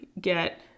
get